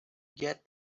get